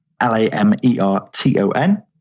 L-A-M-E-R-T-O-N